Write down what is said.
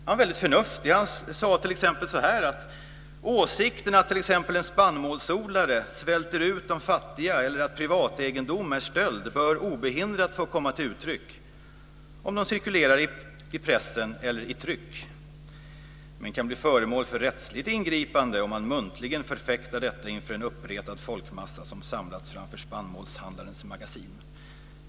Han var väldigt förnuftig. Han sade t.ex. så här: Åsikten att t.ex. en spannmålsodlare svälter ut de fattiga eller att privategendom är stöld bör obehindrat få komma till uttryck om det cirkulerar i pressen eller i tryck, men kan bli föremål för rättsligt ingripande om man muntligen förfäktar detta inför en uppretad folkmassa som samlats framför spannmålshandlarens magasin.